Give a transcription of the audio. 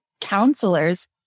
counselors